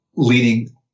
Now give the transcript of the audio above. Leading